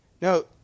No